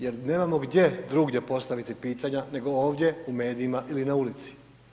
Jer nemamo gdje drugdje postaviti pitanja nego ovdje, u medijima ili na ulici.